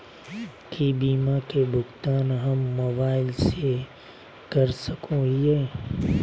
की बीमा के भुगतान हम मोबाइल से कर सको हियै?